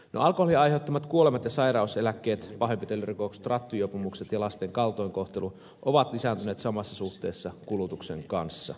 alkoholin aiheuttamat kuolemat ja sairauseläkkeet pahoinpitelyrikokset rattijuopumukset ja lasten kaltoinkohtelu ovat lisääntyneet samassa suhteessa kulutuksen kanssa